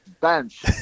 bench